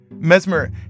Mesmer